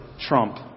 Trump